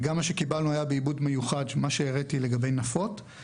גם מה שהראיתי לגבי נפות היה בעיבוד מיוחד.